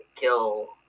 kill